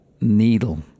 needle